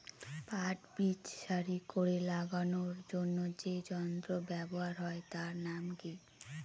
পাট বীজ সারি করে লাগানোর জন্য যে যন্ত্র ব্যবহার হয় তার নাম কি?